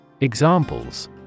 Examples